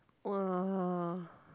!wah!